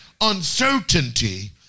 uncertainty